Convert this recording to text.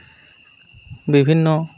ᱵᱤᱵᱷᱤᱱᱱᱚ